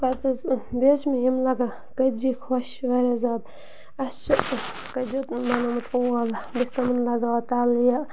پَتہٕ حظ بیٚیہِ حظ چھِ مےٚ یِم لَگان کٔتجہِ خۄش واریاہ زیادٕ اَسہِ چھِ کٔتجو بَنومُت اول بہٕ چھِس تِمَن لَگاوان تَلہٕ یہِ